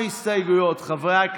חבל שהפלאפון שלי איננו כאן.